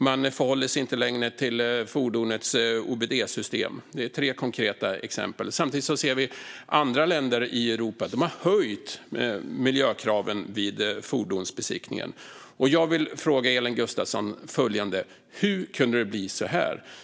Man förhåller sig inte längre till fordonets OBD-system. Det är tre konkreta exempel. Samtidigt ser vi att andra länder i Europa har höjt miljökraven vid fordonsbesiktning. Jag vill fråga Elin Gustafsson följande: Hur kunde det bli så här?